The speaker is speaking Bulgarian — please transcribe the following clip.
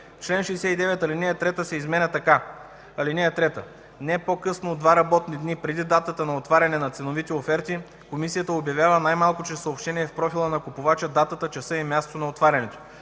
чл. 69а ал. 3 се изменя така: „(3) Не по-късно от два работни дни преди датата на отваряне на ценовите оферти, комисията обявява най-малко чрез съобщение в профила на купувача датата, часа и мястото на отварянето.